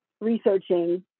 researching